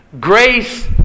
grace